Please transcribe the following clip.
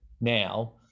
now